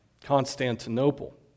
Constantinople